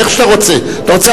איך שאתה רוצה.